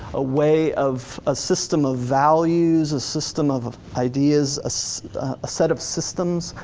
a way of, a system of values, a system of of ideas, a so a set of systems,